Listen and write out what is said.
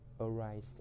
arise